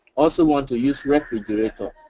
also want to use refrigerator.